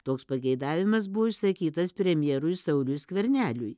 toks pageidavimas buvo išsakytas premjerui sauliui skverneliui